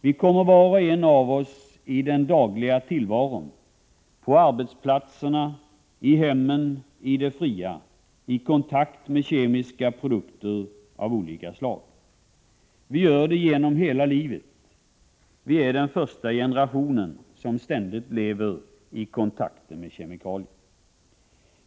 Var och en av oss kommer i den dagliga tillvaron — på arbetsplatserna, i hemmen, i det fria — i kontakt med kemiska produkter av olika slag. Vi gör det genom hela livet. Vi är den första generation som ständigt lever i kontakt med kemikalier.